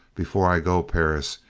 before i go, perris,